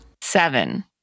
Seven